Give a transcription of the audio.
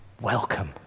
Welcome